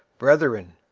brethren!